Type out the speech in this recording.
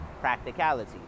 practicality